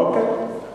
אוקיי.